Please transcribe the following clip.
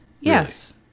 yes